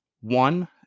One